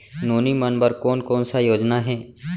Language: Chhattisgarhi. नोनी मन बर कोन कोन स योजना हे?